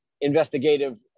investigative